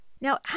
Now